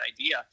idea